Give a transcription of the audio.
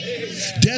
Death